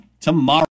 tomorrow